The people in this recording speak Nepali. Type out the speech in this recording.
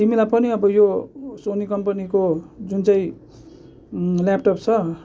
तिमीलाई पनि अब यो सोनी कम्पनीको जुन चाहिँ ल्यापटप छ